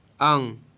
Ang